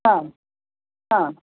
हां हां